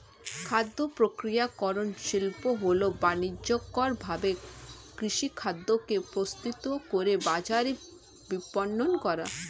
খাদ্যপ্রক্রিয়াকরণ শিল্প হল বানিজ্যিকভাবে কৃষিখাদ্যকে প্রস্তুত করে বাজারে বিপণন করা